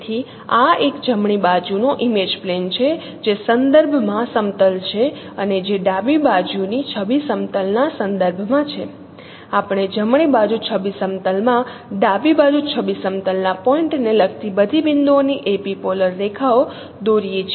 તેથી આ એક જમણી બાજુ નો ઇમેજ પ્લેન છે જે સંદર્ભમાં સમતલ છે અને જે ડાબી બાજુ ની છબી સમતલ ના સંદર્ભમાં છે આપણે જમણી બાજુ છબી સમતલ માં ડાબી બાજુ છબી સમતલ ના પોઇન્ટને લગતી બધી બિંદુઓની એપિપોલર રેખાઓ દોરીએ છીએ